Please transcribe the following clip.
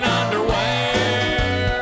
underwear